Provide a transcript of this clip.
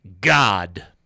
God